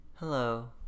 Hello